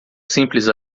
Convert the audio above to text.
simples